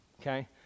Okay